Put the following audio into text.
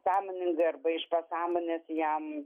sąmoningai arba iš pasąmonės jam